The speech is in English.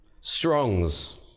Strong's